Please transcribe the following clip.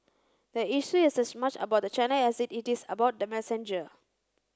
the issue is as much about the channel as it is about the messenger